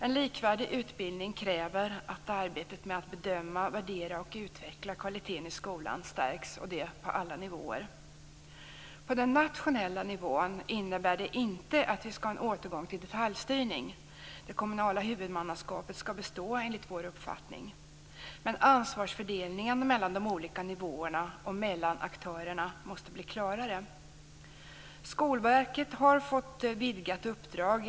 En likvärdig utbildning kräver att arbetet med att bedöma, värdera och utveckla kvaliteten i skolan stärks på alla nivåer. På den nationella nivån innebär det inte att vi skall ha en återgång till detaljstyrning. Det kommunala huvudmannaskapet skall enligt vår uppfattning bestå men ansvarsfördelningen mellan de olika nivåerna och mellan aktörerna måste bli klarare. Skolverket har fått ett vidgat uppdrag.